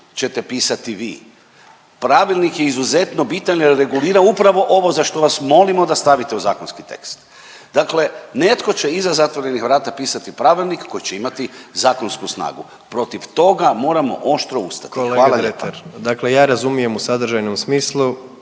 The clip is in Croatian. ćete pisati vi. Pravilnik je izuzetno bitan jer regulira upravo ovo za što vas molimo da stavite u zakonski tekst. Dakle, netko će iza zatvorenih vrata pisati pravilnik koji će imati zakonsku snagu. Protiv toga moramo oštro ustati. Hvala lijepa. **Jandroković, Gordan (HDZ)** Kolega Dretar, dakle ja razumijem u sadržajnom smislu